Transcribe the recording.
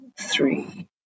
three